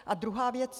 A druhá věc.